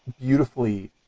beautifully